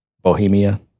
Bohemia